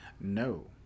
No